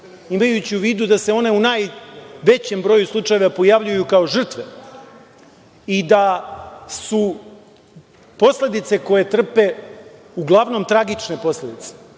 imajući u vidu da se one u najvećem broju slučajeva pojavljuju kao žrtve i da su posledice koje trpe uglavnom tragične posledice,